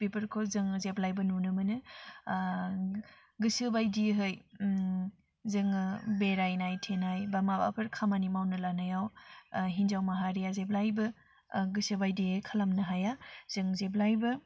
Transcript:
बेफोरखौ जोङो जेब्लायबो नुनो मोनो गोसो बायदिहै जोङो बेरायनाय थिनाय बा मोबाफोर खामानि मावनो लानायाव हिन्जाव माहारिया जेब्लाबो गोसोबायदियै खालामनो हाया जों जेब्लायबो